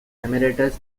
emeritus